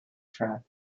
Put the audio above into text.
trap